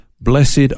blessed